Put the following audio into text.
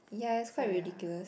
ya it's quite ridiculous